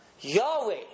Yahweh